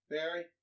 Barry